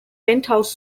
penthouse